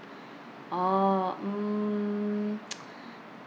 orh mm